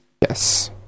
Yes